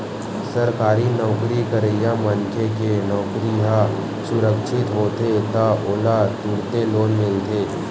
सरकारी नउकरी करइया मनखे के नउकरी ह सुरक्छित होथे त ओला तुरते लोन मिलथे